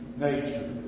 nature